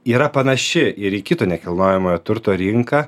yra panaši ir į kito nekilnojamojo turto rinką